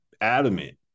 adamant